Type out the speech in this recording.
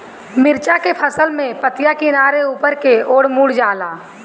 मिरचा के फसल में पतिया किनारे ऊपर के ओर मुड़ जाला?